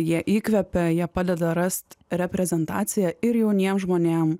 jie įkvepia jie padeda rast reprezentacija ir jauniem žmonėm